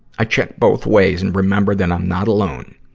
i check both ways and remember that i'm not alone.